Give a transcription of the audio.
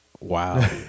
wow